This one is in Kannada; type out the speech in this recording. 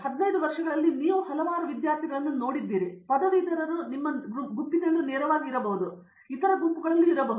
15 ವರ್ಷಗಳಲ್ಲಿ ನಾವು ಹಲವಾರು ವಿದ್ಯಾರ್ಥಿಗಳನ್ನು ನೋಡುತ್ತಿರುವೆವು ಮತ್ತು ಪದವೀಧರರು ನೇರವಾಗಿ ನಿಮ್ಮ ಗುಂಪಿನಲ್ಲಿಯೂ ಅಲ್ಲದೆ ವಿವಿಧ ಗುಂಪುಗಳಲ್ಲಿಯೂ ಇರಬಹುದು